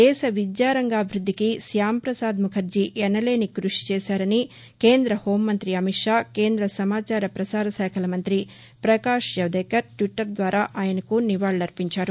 దేశ విద్యా రంగాభివృద్ధికి శ్యాంపసాద్ ముఖర్జీ ఎనలేని కృషి చేశారని కేంద్ర పోం మంతి అమిత్షా కేంద్ర సమాచార ప్రసార శాఖ మంతి ప్రకాష్ జవదేకర్ ట్విట్టర్ ద్వారా ఆయనకు నివాళులర్పించారు